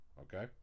okay